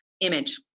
image